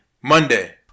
Monday